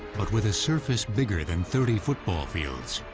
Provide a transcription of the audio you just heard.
but with a surface bigger than thirty football fields,